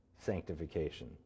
Sanctification